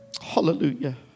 Hallelujah